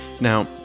Now